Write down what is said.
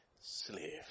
slave